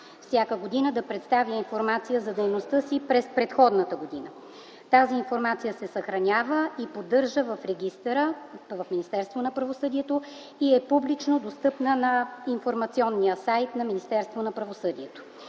всяка година да представя информация за дейността си през предходната година. Тази информация се съхранява и поддържа в регистъра в Министерството на правосъдието и е публично достъпна на информационния сайт на